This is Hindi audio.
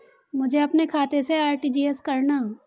मुझे अपने खाते से आर.टी.जी.एस करना?